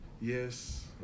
Yes